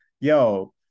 Yo